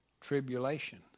tribulation